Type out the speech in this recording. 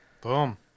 Boom